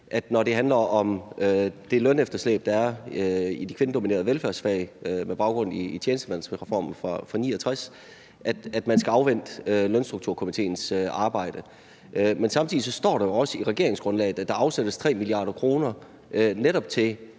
at når det handler om det lønefterslæb, der er i de kvindedominerede velfærdsfag med baggrund i tjenestemandsreformen fra 1969, skal man afvente Lønstrukturkomitéens arbejde. Men samtidig står der jo også i regeringsgrundlaget, at der afsættes 3 mia. kr. til